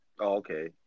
Okay